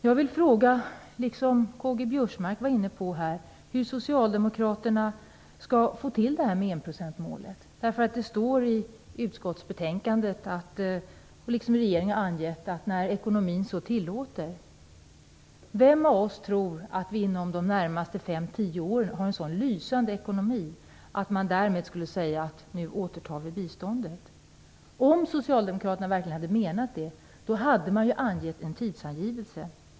Jag vill i likhet med K-G Biörsmark fråga hur Socialdemokraterna skall få till det här med enprocentsmålet. Det står i utskottsbetänkandet och regeringen har angett att det skall ske när ekonomin så tillåter. Vem av oss tror att vi inom de närmaste fem eller tio åren har en så lysande ekonomi att man därmed kan säga att vi återtar biståndet? Om Socialdemokraterna verkligen hade menat det, hade man väl angett en tidsangivelse.